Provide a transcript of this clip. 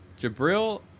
Jabril